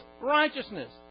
righteousness